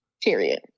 Period